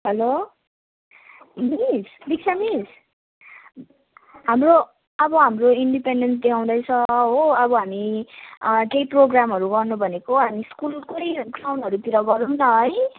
hello miss Nisha miss हाम्रो अब हाम्रो इन्डिपेन्डेन्स डे आउँदैछ हो अब हामी केही प्रोग्रामहरू गर्नु भनेको हामी स्कुलकै ग्राउन्डहरूतिर गरौँ न है